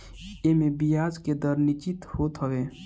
एमे बियाज के दर निश्चित होत हवे